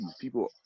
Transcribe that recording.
people